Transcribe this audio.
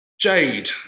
Jade